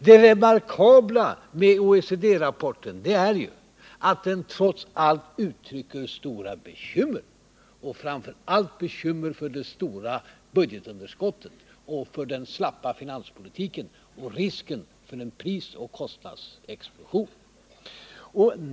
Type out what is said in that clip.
Det remarkabla med OECD-rapporten är ju att den trots allt uttrycker stora bekymmer, framför allt för det stora budgetunderskottet, den slappa finanspolitiken och risken för en prisoch kostnadsexplosion.